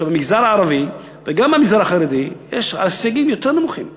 שבמגזר הערבי וגם במגזר החרדי ההישגים נמוכים יותר.